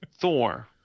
Thor